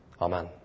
Amen